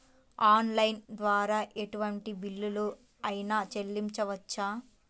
Online ద్వారా ఎటువంటి bill అయినా చెల్లించవచ్చా?